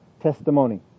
testimony